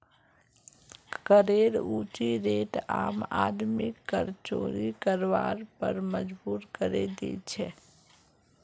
करेर ऊँची रेट आम आदमीक कर चोरी करवार पर मजबूर करे दी छे